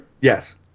Yes